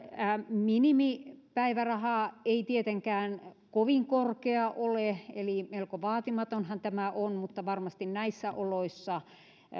minimipäiväraha ei tietenkään kovin korkea ole eli melko vaatimatonhan tämä on mutta varmasti näissä oloissa on